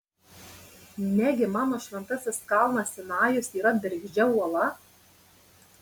negi mano šventasis kalnas sinajus yra bergždžia uola